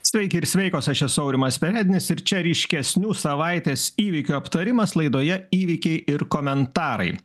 sveiki ir sveikos aš esu aurimas perednis ir čia ryškesnių savaitės įvykių aptarimas laidoje įvykiai ir komentarai